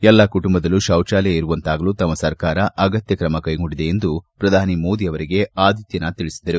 ಎಲ್ಲ ಕುಟುಂಬದಲ್ಲೂ ಶೌಚಾಲಯ ಇರುವಂತಾಗಲು ತಮ್ಮ ಸರ್ಕಾರ ಅಗತ್ಯ ಕ್ರಮ ಕೈಗೊಂಡಿದೆ ಎಂದು ಪ್ರಧಾನಿ ಮೋದಿ ಅವರಿಗೆ ಆದಿತ್ಖನಾಥ್ ತಿಳಿಸಿದರು